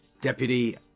Deputy